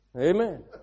Amen